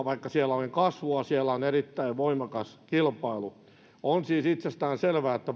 vaikka tavarapuolella onkin kasvua siellä on erittäin voimakas kilpailu on siis itsestäänselvää että